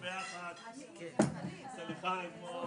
שעה אחרי זה